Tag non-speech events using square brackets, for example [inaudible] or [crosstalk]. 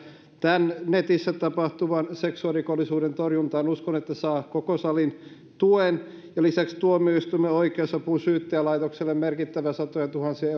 netissä tapahtuvan seksuaalirikollisuuden torjuntaan saa koko salin tuen lisäksi tulee tuomioistuimille oikeusapuun ja syyttäjälaitokselle merkittävä satojentuhansien [unintelligible]